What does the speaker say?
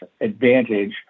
advantage